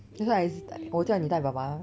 that's why I 我叫你带爸爸 mah